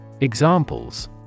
Examples